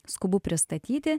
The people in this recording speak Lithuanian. skubu pristatyti